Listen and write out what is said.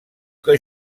que